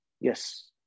Yes